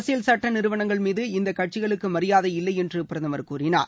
அரசியல் சட்ட நிறுவனங்கள் மீது இந்த கட்சிகளுக்கு மரியாதை இல்லை என்று பிரதமர் கூறினார்